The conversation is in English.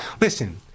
Listen